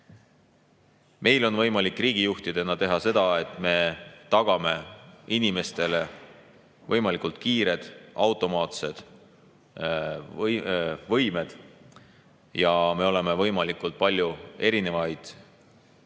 Meil on võimalik riigijuhtidena teha seda, et me tagame inimestele võimalikult kiired automaatsed võimed, me oleme võimalikult palju erinevaid